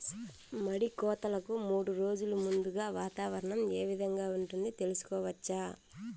మడి కోతలకు మూడు రోజులు ముందుగా వాతావరణం ఏ విధంగా ఉంటుంది, తెలుసుకోవచ్చా?